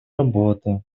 работы